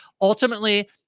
ultimately